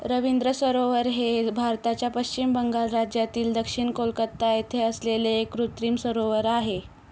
रवींद्र सरोवर हे भारताच्या पश्चिम बंगाल राज्यातील दक्षिण कोलकाता येथे असलेले एक कृत्रिम सरोवर आहे